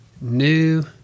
new